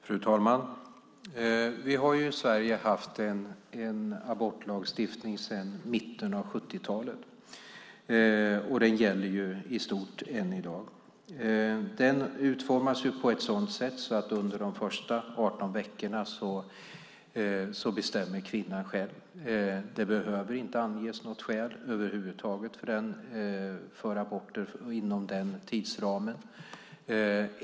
Fru talman! Vi har i Sverige haft en abortlagstiftning sedan mitten av 70-talet, och den gäller i stort än i dag. Den utformades som så att under de första 18 veckorna bestämmer kvinnan själv. Det behöver inte anges något skäl över huvud taget för abort inom den tidsramen.